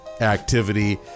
Activity